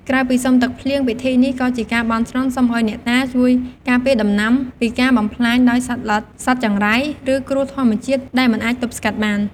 ក្រៅពីសុំទឹកភ្លៀង ពិធីនេះក៏ជាការបន់ស្រន់សុំឱ្យអ្នកតាជួយការពារដំណាំពីការបំផ្លាញដោយសត្វល្អិត សត្វចង្រៃ ឬគ្រោះធម្មជាតិដែលមិនអាចទប់ស្កាត់បាន។